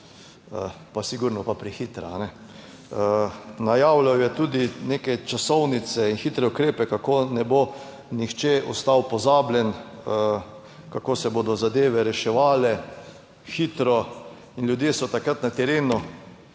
pa sigurno pa prehitra. Najavljal je tudi neke časovnice in hitre ukrepe, kako ne bo nihče ostal pozabljen, kako se bodo zadeve reševale hitro in ljudje so takrat na terenu,